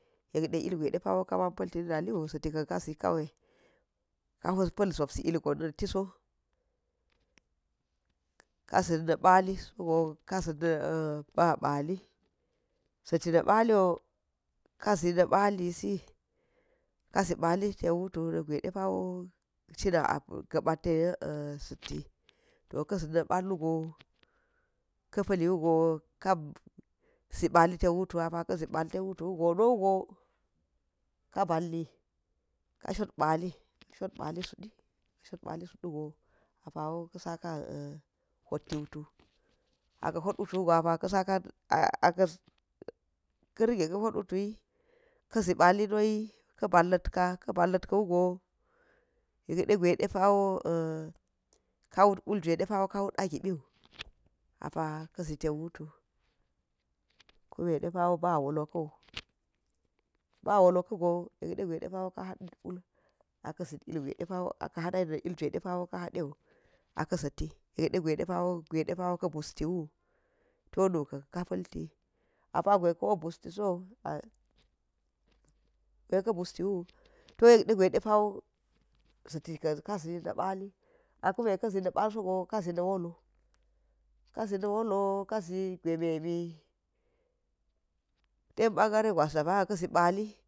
Yekɗe ilgwa ɗepa̱wo kaman pa̱lti na̱ na̱li u zati ka̱n kawai kaho pa̱l zopsi ilgon na̱tiso, kazat na̱ pa̱lti sogo ka̱za̱t na ba̱ pa̱lu za̱ta̱ni palliwo kazi na̱ pa̱llisi ḵazi pa̱llisi ten wotu nak gwai ɗepawo cina̱ za̱ti, to kazi na̱ pa̱llugo ka̱ pa̱lliwugo ka̱ zi pa̱lli ten wutu apa̱ ka̱ zi pa̱l ten wutu wgo nougo ka̱ ba̱lli ka shot pa̱lli, shot palli sudi shot pa̱lli sutwugo, apawa̱i a̱ sa̱ka ka̱ rige ḵa lot wutuw ka̱zi pa̱lli noyi ka̱ ba̱lla̱tka ka̱a ba̱lla̱t ka̱wugo yekɗe gwai ɗepa̱wo kawut wuljwai depa̱ wo ka̱wut agipi apa̱ ka̱zi ten wutu kume ɗepa̱wo ba̱ wolo kau, ba wolo ka̱go yekɗe gwai ɗepa̱wo ka̱ ha̱ wul, aka̱ za̱t ila̱wai ɗepa ka̱ hadeu aka̱ za̱ti yekɗe gwaidepawo gwa̱iɗepa̱wo ka bustiwu to nukka̱n ka̱ pa̱lti apa̱ gwai ka̱'o bustiso a gwa̱ika̱ bustiwu to yekɗe gwai ɗepa̱wo za̱tika̱n ka̱ zi na̱ pa̱lli a kunne ka̱ zi napa̱ll sogo ka̱zi na̱wolo ka̱zi na wolo ka̱zi gwaime mi ten pa̱n ga̱ri gwas daba̱n aka̱zi palli.